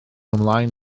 ymlaen